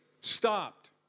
stopped